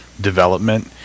development